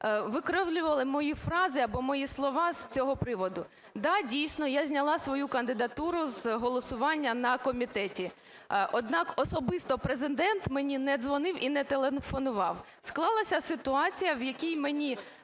викривлювали мої фрази або мої слова з цього приводу. Так, дійсно, я зняла свою кандидатуру з голосування на комітеті. Однак, особисто Президент мені не дзвонив і не телефонував. Склалась ситуація, в якій мені